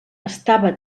estava